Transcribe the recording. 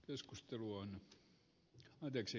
arvoisa herra puhemies